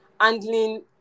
handling